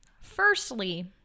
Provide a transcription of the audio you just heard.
Firstly